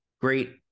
great